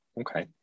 okay